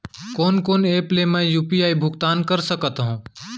कोन कोन एप ले मैं यू.पी.आई भुगतान कर सकत हओं?